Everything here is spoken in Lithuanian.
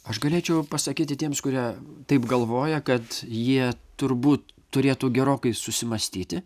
aš galėčiau pasakyti tiems kurie taip galvoja kad jie turbūt turėtų gerokai susimąstyti